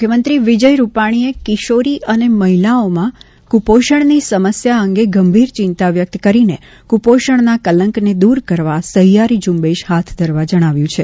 મુખ્યમંત્રી વિજય રૂપાણીએ કિશોરી અને મહિલાઓમાં કુપોષણની સમસ્યા અંગે ગંભીર ચિંતા વ્યક્ત કરીને કુપોષણના કલંકને દુર કરવા સહિયારી ઝુંબેશ હાથ ધરવા જણાવ્યું છે